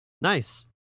Nice